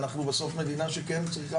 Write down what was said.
אנחנו בסוף מדינה שכן צריכים